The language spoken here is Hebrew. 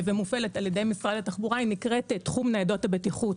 ומופעלת על ידי משרד התחבורה והיא נקראת תחום ניידות הבטיחות.